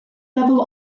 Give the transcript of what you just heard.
level